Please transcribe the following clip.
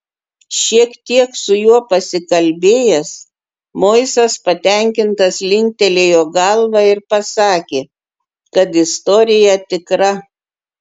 šiek tiek su juo pasikalbėjęs moisas patenkintas linktelėjo galva ir pasakė kad istorija tikra